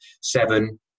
seven